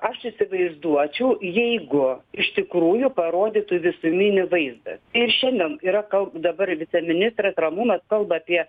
aš įsivaizduočiau jeigu iš tikrųjų parodytų visuminį vaizdą ir šiandien yra dabar viceministras ramūnas kalba apie